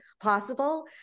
possible